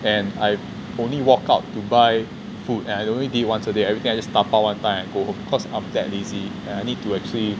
and I only walk out to buy food and I only did once a day and everything I just dabao one time and go home cause after that I lazy and I need to actually